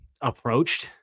approached